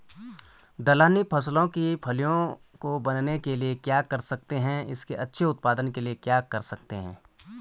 दलहनी फसलों की फलियों को बनने के लिए क्या कर सकते हैं इसके अच्छे उत्पादन के लिए क्या कर सकते हैं?